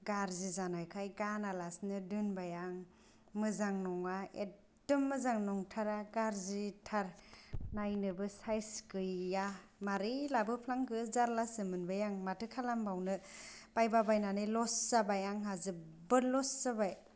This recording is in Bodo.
गाज्रि जानायखाय गाना लासिनो दोनबाय आं मोजां नङा एखदम मोजां नंथारा गाज्रिथार नायनोबो सायस गैया माबोरै लाबोफ्लांखो जारलासो मोनबाय आं माथो खालामबावनो बायबा बायनानै लस जाबाय आंहा जोबोत लस जाबाय